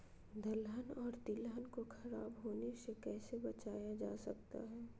दलहन और तिलहन को खराब होने से कैसे बचाया जा सकता है?